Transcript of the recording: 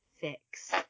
Fix